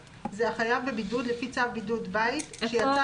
"(1)החייב בבידוד לפי צו בידוד בית שיצא